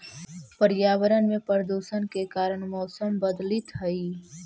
पर्यावरण में प्रदूषण के कारण मौसम बदलित हई